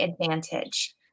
advantage